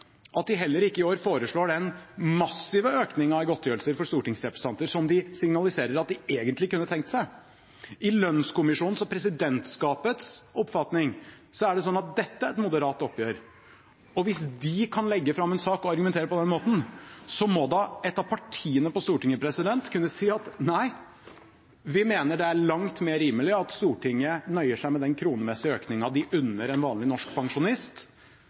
at de heller ikke i år foreslår den massive økningen i godtgjørelser for stortingsrepresentanter som de signaliserer at de egentlig kunne tenkt seg. I lønnskommisjonens og presidentskapets oppfatning er det slik at dette er et moderat oppgjør. Og hvis de kan legge fram en sak og argumentere på den måten, må da ett av partiene på Stortinget kunne si at nei, vi mener det er langt mer rimelig at Stortinget nøyer seg med den kronemessige økningen de unner en vanlig norsk pensjonist.